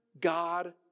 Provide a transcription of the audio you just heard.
God